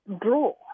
draw